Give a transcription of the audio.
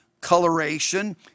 coloration